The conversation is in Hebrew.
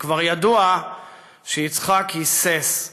וכבר ידוע שיצחק היסס,